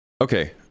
okay